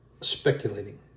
speculating